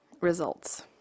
results